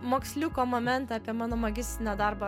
moksliuko momentą apie mano magistrinio darbo